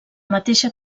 mateixa